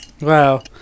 wow